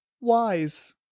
Wise